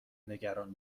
نگران